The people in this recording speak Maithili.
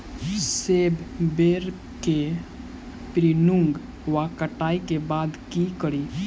सेब बेर केँ प्रूनिंग वा कटाई केँ बाद की करि?